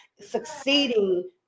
succeeding